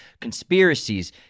conspiracies